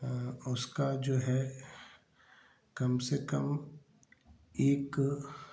उसका जो है कम से कम एक